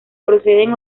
proceden